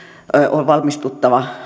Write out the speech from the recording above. on valmistuttava